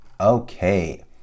okay